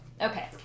Okay